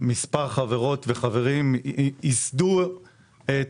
מספר חברות וחברים ייסדו את